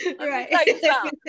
Right